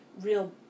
real